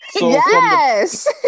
Yes